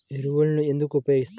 ఎరువులను ఎందుకు ఉపయోగిస్తారు?